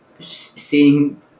seeing